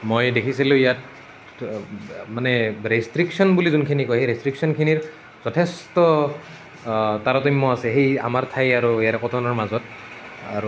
মই দেখিছিলোঁ ইয়াত মানে ৰেষ্ট্ৰিকশ্য়ন বুলি যোনখিনি কয় সেই ৰেষ্ট্ৰিকশ্য়নখিনিৰ যথেষ্ট তাৰতম্য আছে সেই আমাৰ ঠাই আৰু ইয়াৰ কটনৰ মাজত